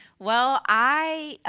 well, i